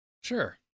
Sure